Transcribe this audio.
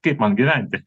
kaip man gyventi